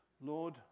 Lord